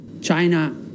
China